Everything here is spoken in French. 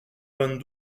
vingt